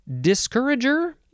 Discourager